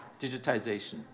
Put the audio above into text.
digitization